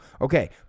Okay